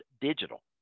digital